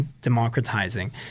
democratizing